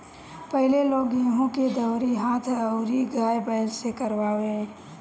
पहिले लोग गेंहू के दवरी हाथ अउरी गाय बैल से करवावे